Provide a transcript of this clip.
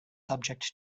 subject